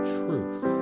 truth